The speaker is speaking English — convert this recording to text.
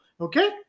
Okay